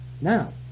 now